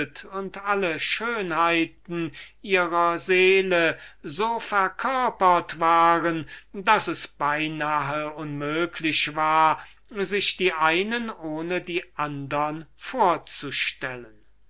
und alle schönheiten ihrer seele so lebhaft aus diesem reizenden schleier hervorschimmerten daß es beinahe unmöglich war sich eine ohne die andre vorzustellen